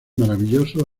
maravilloso